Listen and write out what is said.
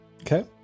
Okay